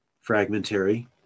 fragmentary